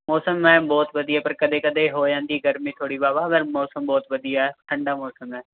ਮੌਸਮ ਮੈਮ ਬਹੁਤ ਵਧੀਆ ਪਰ ਕਦੇ ਕਦੇ ਹੋ ਜਾਂਦੀ ਗਰਮੀ ਥੋੜ੍ਹੀ ਵਾਵਾ ਪਰ ਮੌਸਮ ਬਹੁਤ ਵਧੀਆ ਠੰਡਾ ਮੌਸਮ ਹੈ